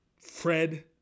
Fred